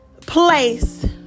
place